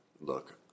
look